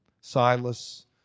Silas